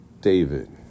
David